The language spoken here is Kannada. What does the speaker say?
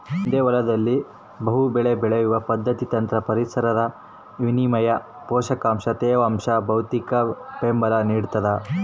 ಒಂದೇ ಹೊಲದಲ್ಲಿ ಬಹುಬೆಳೆ ಬೆಳೆಯುವ ಪದ್ಧತಿ ತಂತ್ರ ಪರಸ್ಪರ ವಿನಿಮಯ ಪೋಷಕಾಂಶ ತೇವಾಂಶ ಭೌತಿಕಬೆಂಬಲ ನಿಡ್ತದ